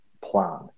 plan